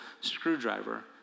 screwdriver